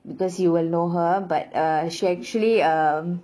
because you will know her but uh she actually um